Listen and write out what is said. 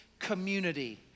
community